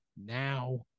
now